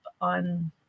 on